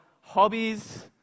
hobbies